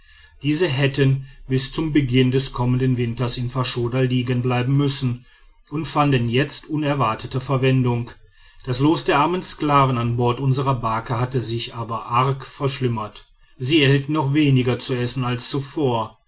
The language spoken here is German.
diese hätten bis zum beginn des kommenden winters in faschoda liegen bleiben müssen und fanden jetzt unerwartete verwendung das los der armen sklaven an bord unserer barke hatte sich aber arg verschlimmert sie erhielten noch weniger zu essen als zuvor